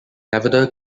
nevada